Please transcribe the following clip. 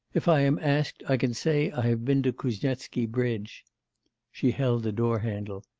if i am asked, i can say i have been to kuznetsky bridge she held the door-handle.